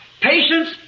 patience